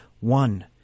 one